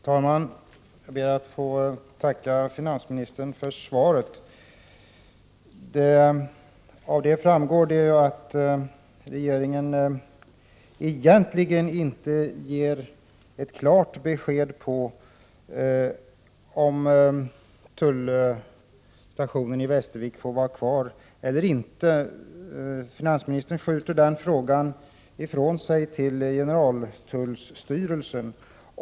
Herr talman! Jag ber att få tacka finansministern för svaret på min fråga. Han ger inte något klart besked om huruvida tullstationen i Västervik skall få vara kvar eller inte. Finansministern skjuter över frågan till generaltullstyrelsen.